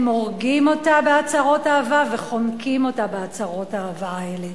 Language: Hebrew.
הם הורגים אותה בהצהרות אהבה וחונקים אותה בהצהרות האהבה האלה.